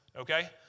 Okay